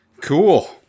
Cool